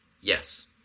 yes